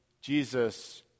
Jesus